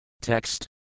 Text